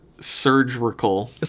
surgical